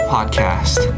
Podcast